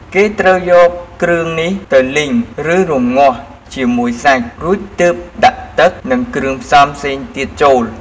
គេត្រូវយកគ្រឿងនេះទៅលីង ឬរម្ងាស់ជាមួយសាច់ រួចទើបដាក់ទឹក និងគ្រឿងផ្សំផ្សេងទៀតចូល។